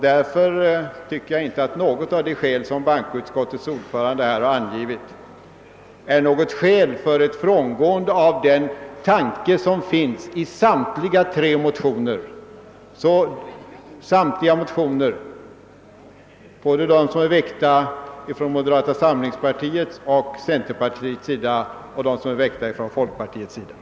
Därför anser jag inte att något av de skäl som bankoutskottets ordförande här har angivit bör betyda ett frångående av den tanke som finns i samtliga motioner, d.v.s. de som är väckta av moderata samlingspartiet, och från centerpartioch folkpartihåll.